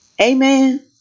Amen